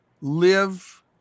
live